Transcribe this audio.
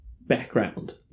background